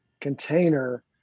container